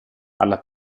alla